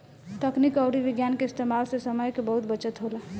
तकनीक अउरी विज्ञान के इस्तेमाल से समय के बहुत बचत होला